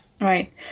Right